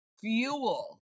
fuel